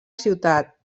ciutat